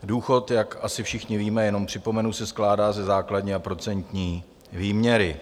Důchod, jak asi všichni víme, jenom připomenu, se skládá ze základní a procentní výměry.